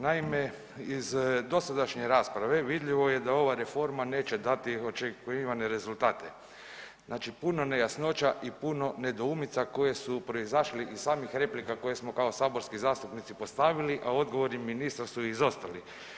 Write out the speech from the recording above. Naime, iz dosadašnje rasprave vidljivo je da ova reforma neće dati očekivane rezultate, znači puno nejasnoća i puno nedoumica koje su proizašle iz samih replika koje smo kao saborski zastupnici postavili, a odgovori ministra su izostali.